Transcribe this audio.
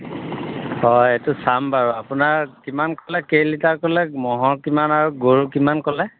হয় এইটো চাম বাৰু আপোনাৰ কিমান ক'লে কেইলিটাৰ ক'লে ম'হৰ কিমান আৰু গৰুৰ কিমান ক'লে